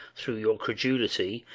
through your credulity,